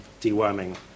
deworming